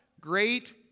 Great